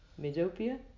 midopia